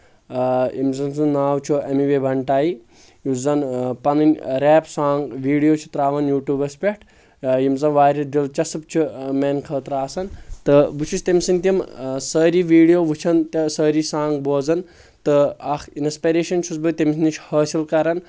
آ ییٚمِس زَن سُند ناو چھُ اینوے وینٹایی یُس زن پنٕنۍ ریپ سانٛگ ویٖڈیو چھِ ترٛاوان یوٗٹیوٗبس پؠٹھ یِم زن واریاہ دِلچسپ چھِ میانہِ خٲطرٕ آسان تہٕ بہٕ چھُس تٔمۍ سٕنٛدۍ تِم سٲری ویٖڈیو وُچھان تہٕ سٲری سانگ بوزان تہٕ اکھ انسپریشن چھُس بہٕ تٔمِس نِش حٲصِل کران